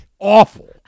Awful